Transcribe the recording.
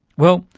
well,